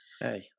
Hey